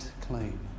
clean